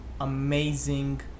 amazing